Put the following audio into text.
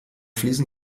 fliesen